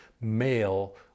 male